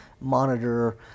monitor